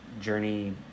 Journey